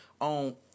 On